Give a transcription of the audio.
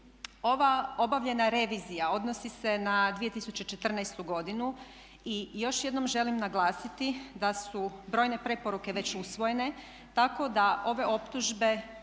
Ova obavljena revizija odnosi se na 2014. godinu i još jednom želim naglasiti da su brojne preporuke već usvojene, tako da ove optužbe